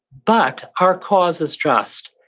but our cause is just,